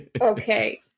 okay